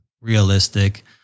realistic